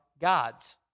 gods